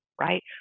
Right